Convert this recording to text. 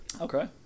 Okay